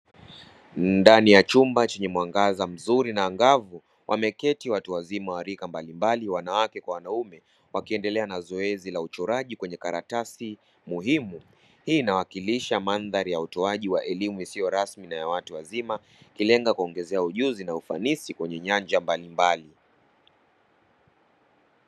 Ndani ya chumba chenye mwangaza mzuri na ang'avu wameketi watu wazima warika mbalimbali wanawake kwa wanaume wakiendelea na zoezi la uchoraji kwenye karatasi muhimu, Hii inwakilisha mandhali ya utoaji wa elimu isiyo rasmi na yawatu wazima ikilenga kuongezea ujuzi na ufanisi kwenye nyanja mbalimbali.